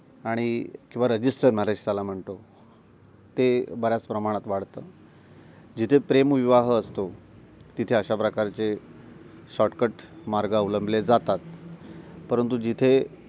आणि किंवा register marriage त्याला म्हणतो ते बऱ्याच प्रमाणात वाढतं जिथे प्रेमविवाह असतो तिथे अशा प्रकारचे शॉटकट मार्ग अवलंबले जातात परंतु जिथे